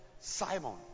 Simon